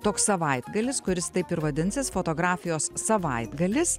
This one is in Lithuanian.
toks savaitgalis kuris taip ir vadinsis fotografijos savaitgalis